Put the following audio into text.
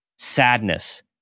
Sadness